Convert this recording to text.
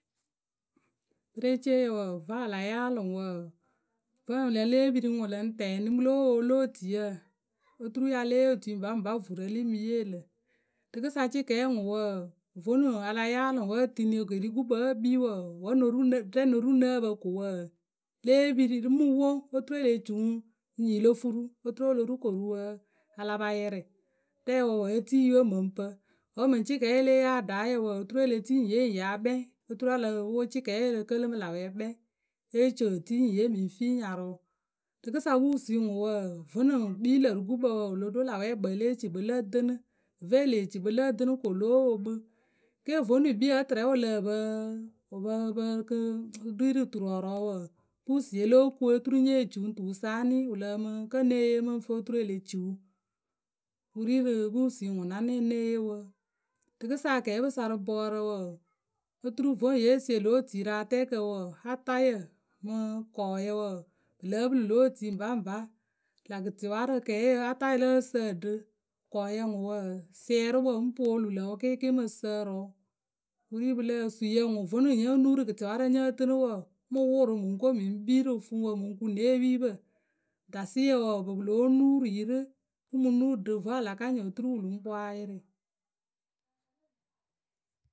Precee wǝǝ, vǝ́ a la yaalɨ ŋwǝ wǝǝ, vǝ́ e le lée piri ŋwǝ lǝŋ tɛɛnɩ lóo woolu otui. Oturu ya lée yee otui ŋpaŋpa vurǝ lǝ ŋ mǝ yee lǝ̈. Rǝkɨsa cɩkɛɛ ŋwǝ wǝǝ, vonu a la yaalɨ ŋwǝ wǝ́ e tini wǝ ke ri gukpǝ wǝ́ e kpii wǝǝ, wǝ́ rɛ ŋ no ru ŋ nǝ́ǝ pǝ ko wǝǝ, lée piri rǝ, ŋ mǝ woŋ oturu e le ci wǝ ŋ nyi lo furu oturu o lo ru koruwǝ a la pa yɩrɩ. Rɛɛwǝ wǝǝ, e tii yǝwe mǝ ŋ pǝ. Wǝ́ mǝŋ cɩkɛɛye lée yee aɖaayǝ wǝǝ, oturu e le tii nyiye ŋ yaa kpɛŋ oturu o lo pwo cɩkɛɛye ǝ lǝ kǝlɨ mǝ lä wɛ kpɛŋ e ci e tii nyiye mǝ ŋ fii nyarʊ. Rɨǝkɨsa pusui ŋwǝ wǝǝ, vǝnɨ kpii lǝ́ rǝ gukpǝ wǝ lo ɖo lä wʊpwɛɛkpǝ e lee ci kpǝ lǝ ǝ tɨnɨ. Vǝ́ e lee ci kpǝ lǝ ǝtɨnɨ ko lóo wo kpǝ. Ke vonu kpii wǝ́ tɨrɛ wǝ lǝh pǝ wǝ ppǝ pǝ kɨ wǝ kpii rǝ turɔɔrɔɔ wǝǝ, pusuye lóo ku oturu nye ci wǝ ŋ tuwǝ sa eni wǝ lǝǝmǝ kǝ́ ŋ née yee mǝŋ fǝ oturu e le ciwu wǝ ri rǝ pusui ŋwǝ na nɛ ŋ née yee wǝǝ. Rǝkɨsa akɛɛpǝ sa rǝ bɔɔrǝ wǝǝ, oturu voŋ ye sie lǒ tui yǝ rǝ atɛɛkǝ wǝǝ, atayǝ mǝ kɔɔyǝ wǝǝ pǝ lǝ́ǝ pɨlɨ lǒ otui ŋpaŋpa. Lä gɩtɩwaarǝ kɛɛyǝ atayǝ lǝ́ǝ sǝǝɖǝ, kɔɔyǝ ŋwǝ wǝǝ, siɛrǝwǝ ŋ pwolu lǝ̈ wǝ kɩkɩɩkɩɩ ŋ mǝ sǝǝrǝ wǝ. Wǝ ri pǝlǝ, suyǝ ŋwǝ vonuŋ nyo nuuru gǝtɩwaarǝ nyǝ tɨnɨ wǝǝ, ŋ mǝ wʊʊ rǝ mǝ ŋ ko mǝ ŋ kpii rǝ fuŋwǝ mǝ ŋ ku ne epipǝ. Dasɩyǝ wǝ, ŋpɨ pɨ lóo nuurui yǝ rǝ pǝ ŋ mǝ nuuru vǝ́ a la ka nyɩŋ oturu wǝ lǝŋ poŋ a yɩrɩ.